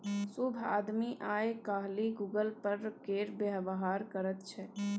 सभ आदमी आय काल्हि गूगल पे केर व्यवहार करैत छै